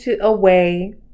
away